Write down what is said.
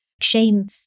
Shame